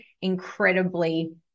incredibly